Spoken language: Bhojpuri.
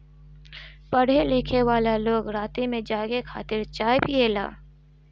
पढ़े लिखेवाला लोग राती में जागे खातिर चाय पियेला